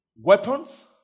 weapons